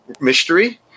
mystery